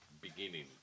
beginning